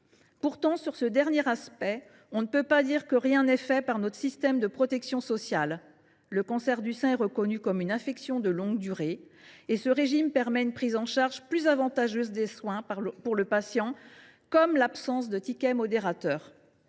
Pourtant, sur ce dernier aspect, on ne peut pas dire que rien ne soit fait par notre système de protection sociale. Le cancer du sein est reconnu comme une affection de longue durée, régime permettant une prise en charge plus avantageuse des soins pour le patient, notamment au travers de l’absence de ticket modérateur.